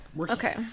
Okay